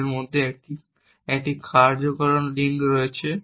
তাদের মধ্যে একটির একটি কার্যকারণ লিঙ্ক রয়েছে